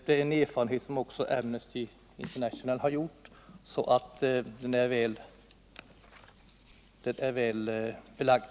Det är en erfarenhet som också Amnesty International har gjort, så det är väl belagt.